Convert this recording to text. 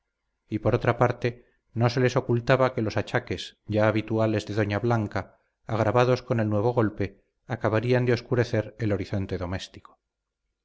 y por otra parte no se les ocultaba que los achaques ya habituales de doña blanca agravados con el nuevo golpe acabarían de oscurecer el horizonte doméstico